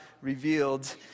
revealed